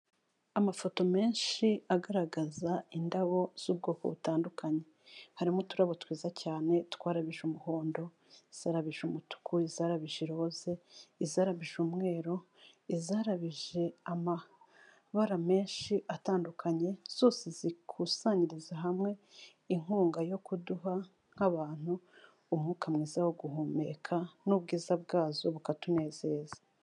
Amafoto menshi agaragaza indabo z'ubwoko butandukanye, harimo uturabo twiza cyane twarabije umuhondo, izarabije umutuku, izarabije iroze, izarabije umweru, izarabije amabara menshi atandukanye, zose zikusanyiriza hamwe inkunga yo kuduha nk'abantu umwuka mwiza wo guhumeka n'ubwiza bwazo bukatunezeza.